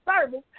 service